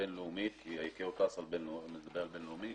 בין-לאומית - כי ה-ICAO מדבר על בין-לאומי